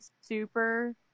super